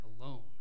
alone